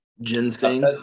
Ginseng